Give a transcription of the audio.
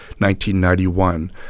1991